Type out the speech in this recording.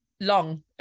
Long